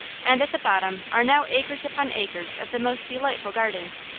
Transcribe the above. and at the bottom are now acres upon acres of the most delightful gardens,